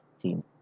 team